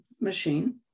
machine